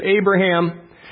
Abraham